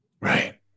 Right